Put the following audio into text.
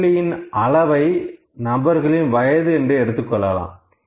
குமிழியின் அளவை நபர்களின் வயது என்று எடுத்துக் கொள்ளலாம்